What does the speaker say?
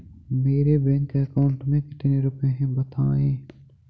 मेरे bank account में कितने रुपए हैं बताएँ?